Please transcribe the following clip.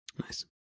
Nice